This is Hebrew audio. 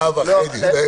הוא לא עקב אחרי הדיונים.